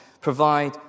provide